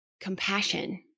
compassion